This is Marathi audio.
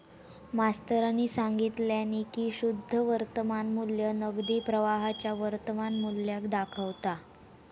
मास्तरानी सांगितल्यानी की शुद्ध वर्तमान मू्ल्य नगदी प्रवाहाच्या वर्तमान मुल्याक दाखवता